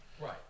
Right